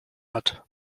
hat